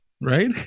right